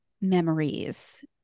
memories